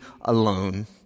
alone